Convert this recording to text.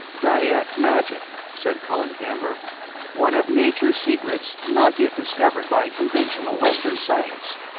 dyak magic, said colin camber one of nature's secrets not yet discovered by conventional western science.